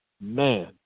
man